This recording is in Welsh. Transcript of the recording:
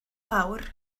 lawr